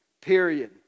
Period